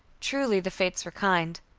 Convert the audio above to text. truly, the fates were kind!